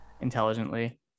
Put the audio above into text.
intelligently